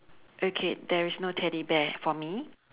okay there is no teddy bear for me